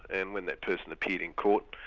and when that person appeared in court,